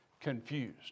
confused